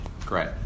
Great